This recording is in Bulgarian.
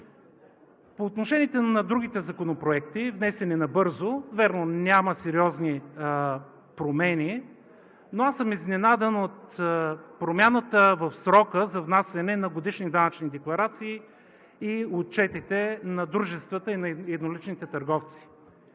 По отношение на другите законопроекти, внесени набързо, вярно, няма сериозни промени. Но аз съм изненадан от промяната в срока за внасяне на годишни данъчни декларации и отчетите на дружествата и на едноличните търговци.